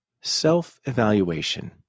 Self-evaluation